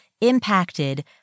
impacted